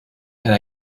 and